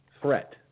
threat